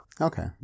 Okay